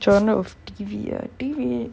genre of T_V uh T_V